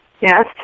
Yes